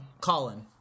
Colin